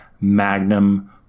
magnum